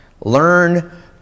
Learn